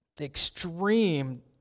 extreme